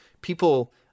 People